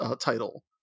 title